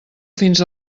fins